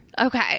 Okay